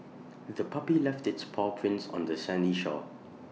the puppy left its paw prints on the sandy shore